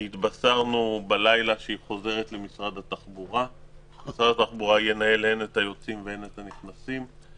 התבשרנו בלילה שהיא חוזרת למשרד התחבורה שינהל את היוצאים ואת הנכנסים.